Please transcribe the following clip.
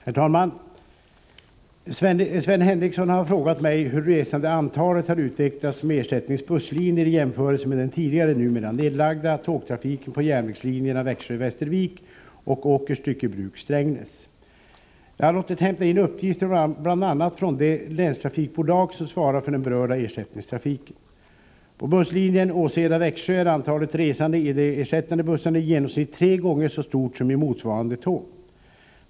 Herr talman! Sven Henricsson har frågat mig hur resandeantalet har utvecklats med ersättningsbusslinjer i jämförelse med den tidigare, numera nedlagda, tågtrafiken på järnvägslinjerna Växjö-Västervik och Åkers Styckebruk-Strängnäs. Jag har låtit hämta in uppgifter bl.a. från de länstrafikbolag som svarar för den berörda ersättningstrafiken. På busslinjen Åseda-Växjö är antalet resande i de ersättande bussarna i genomsnitt tre gånger så stort som i motsvarande tåg.